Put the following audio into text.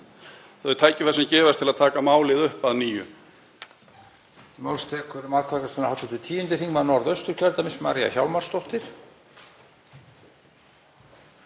þau tækifæri sem gefast til að taka málið upp að nýju.